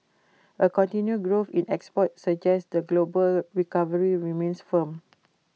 A continued growth in exports suggest the global recovery remains firm